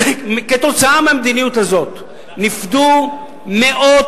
כתוצאה מהמדיניות הזו נפדו מאות